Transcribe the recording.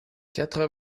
quatre